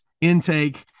intake